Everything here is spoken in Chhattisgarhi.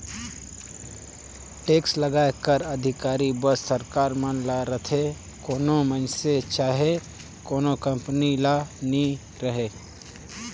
टेक्स लगाए कर अधिकार बस सरकार मन ल रहथे कोनो मइनसे चहे कोनो कंपनी ल नी रहें